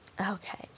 Okay